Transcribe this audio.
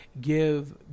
Give